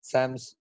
Sam's